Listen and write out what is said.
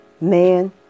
man